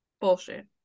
bullshit